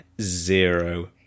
zero